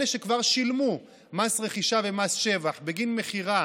אלה שכבר שילמו מס רכישה ומס שבח בגין מכירה